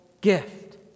gift